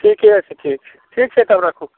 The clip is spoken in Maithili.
ठीके छै ठीक छै ठीक छै तब र खू